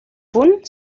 punt